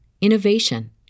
innovation